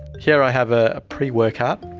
here i have a pre-workout,